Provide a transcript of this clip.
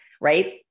right